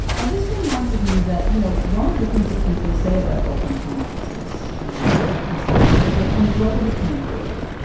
and this reminded me that, you know, one of the things that people say about open plan offices um is that they kind of level the playing field.